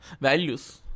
values